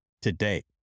today